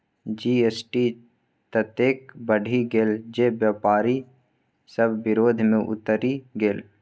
GST ततेक बढ़ि गेल जे बेपारी सभ विरोध मे उतरि गेल